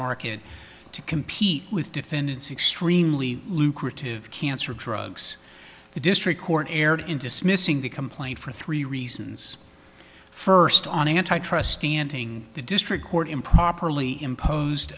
market to compete with defendants extremely lucrative cancer drugs the district court erred in dismissing the complaint for three reasons first on antitrust standing the district court improperly imposed